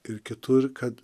ir kitur kad